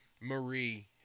Marie